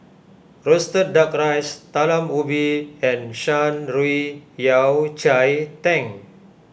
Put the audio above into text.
Roasted Duck Rice Talam Ubi and Shan Rui Yao Cai Tang